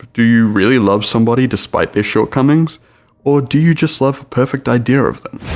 do you really love somebody despite their shortcomings or do you just love perfect idea of them?